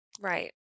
Right